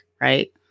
Right